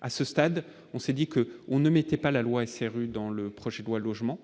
à ce stade, on s'est dit que on ne mettait pas la loi SRU, dans le projet de loi logement